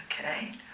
Okay